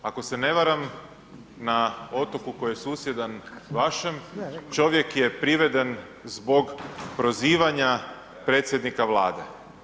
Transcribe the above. Ako se ne varam na otoku koji je susjedan, vašem, čovjek je priveden zbog prozivanja predsjednika Vlade.